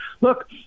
Look